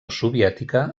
soviètica